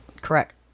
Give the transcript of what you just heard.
Correct